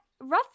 roughly